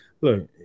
Look